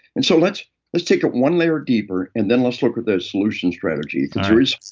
and so let's let's take it one layer deeper, and then let's look at the solution strategy because there is